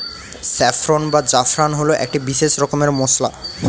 saffron বা জাফরান হল একটি বিশেষ রকমের মশলা